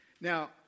Now